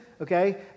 okay